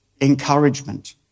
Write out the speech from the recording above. encouragement